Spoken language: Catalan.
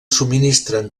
subministren